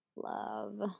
Love